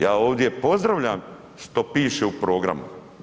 Ja ovdje pozdravljam što piše u programu.